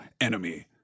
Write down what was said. enemy